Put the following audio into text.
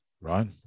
right